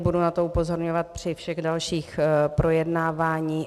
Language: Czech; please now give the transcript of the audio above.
Budu na to upozorňovat při všech dalších projednáváních.